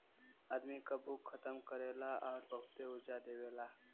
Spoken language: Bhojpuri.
आदमी क भूख खतम करेला आउर बहुते ऊर्जा देवेला